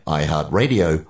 iHeartRadio